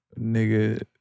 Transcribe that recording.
Nigga